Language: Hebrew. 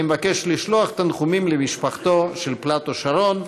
אני מבקש לשלוח תנחומים למשפחתו של פלאטו שרון.